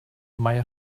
mae